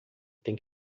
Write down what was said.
tem